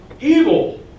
evil